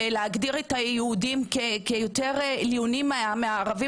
ולהגדיר את היהודים כיותר עליונים על הערבים,